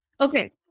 okay